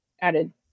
added